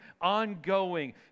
ongoing